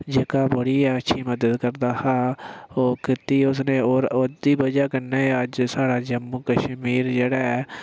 जेह्का बड़ी गै अच्छी मदद करदा हा ओह् कीती उसने और उं'दी बजह् कन्नै गै अज्ज साढ़ा जम्मू कश्मीर जेह्ड़ा ऐ